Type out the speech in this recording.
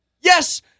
yes